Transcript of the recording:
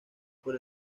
por